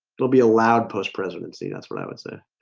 it'll be a loud post presidency. that's what i would say